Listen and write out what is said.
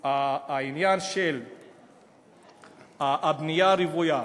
העניין של הבנייה הרוויה,